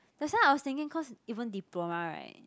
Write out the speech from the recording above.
that's why I was thinking cause even diploma right